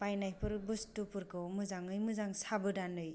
बायनायफोर बुस्थुफोरखौ मोजाङै मोजां साबोदानै